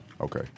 Okay